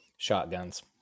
shotguns